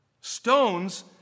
Stones